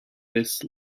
this